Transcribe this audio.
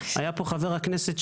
היה פה חבר הכנסת,